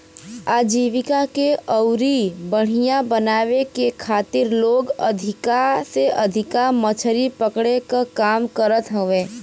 आजीविका के अउरी बढ़ियां बनावे के खातिर लोग अधिका से अधिका मछरी पकड़े क काम करत हवे